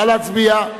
נא להצביע.